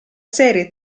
serie